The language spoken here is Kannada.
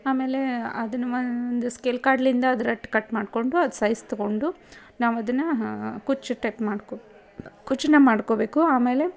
ಆಮೇಲೆ ಅದನ್ನ ಒಂದು ಸ್ಕೇಲ್ ಕಾಡ್ಲಿಂದ ಅದು ರಟ್ಟು ಕಟ್ ಮಾಡಿಕೊಂಡು ಅದು ಸೈಝ್ ತೊಗೊಂಡು ನಾವು ಅದನ್ನು ಕುಚ್ಚು ಟೆಕ್ ಮಾಡ್ಕೋ ಕುಚ್ಚನ್ನ ಮಾಡ್ಕೋಬೇಕು ಆಮೇಲೆ